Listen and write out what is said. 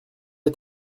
est